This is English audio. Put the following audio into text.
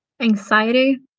anxiety